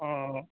ᱚᱻ